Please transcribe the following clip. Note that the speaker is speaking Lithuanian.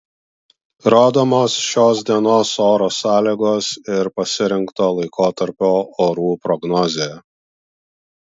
rodomos šios dienos oro sąlygos ir pasirinkto laikotarpio orų prognozė